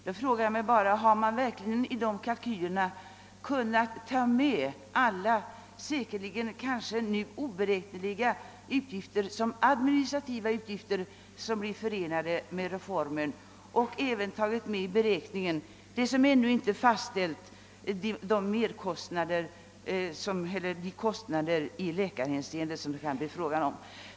Jag frågar mig bara: Har man verkligen i dessa kalkyler kunnat ta med alla, säkerligen nu oberäkneliga, administrativa utgifter som blir förenade med reformen och även de kostnader i läkarhänseende som det kan bli fråga om men som ännu inte fastställts?